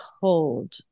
cold